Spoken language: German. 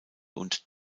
und